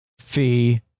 Fee